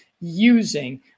using